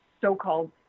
so-called